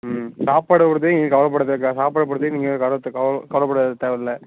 ம் சாப்பாடை பொறுத்த வரைக்கும் நீங்கள் கவலைப்பட தேவை இருக்காது சாப்பாடை பொறுத்தவரைக்கும் நீங்கள் கவலைப்பட கவ கவலைப்பட தேவையில்லை